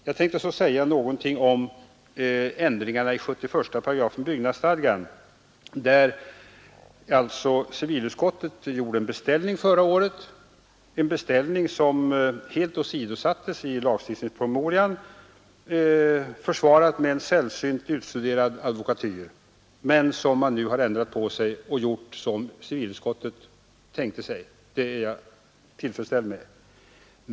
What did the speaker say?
Jag tänkte också säga något om ändringarna i 71 § i byggnadsstadgan, där civilutskottet gjorde en beställning förra året, vilken helt åsidosattes i lagstiftningspromemorian med stöd av en sällsynt utstuderad advokatyr. Nu har man emellertid ändrat sig och handlat i enlighet med civilutskottets önskan. Det är jag tillfredsställd med.